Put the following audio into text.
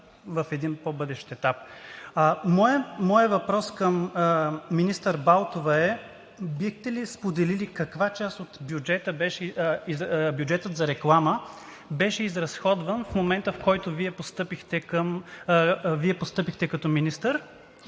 в един по-бъдещ етап. Моят въпрос към министър Балтова е: бихте ли споделили каква част от бюджета за реклама беше изразходван в момента, в който Вие постъпихте като министър?